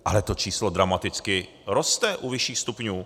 Ale to číslo dramaticky roste u vyšších stupňů.